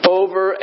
over